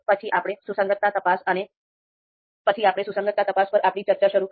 પછી આપણે સુસંગતતા તપાસ પર આપણી ચર્ચા શરૂ કરી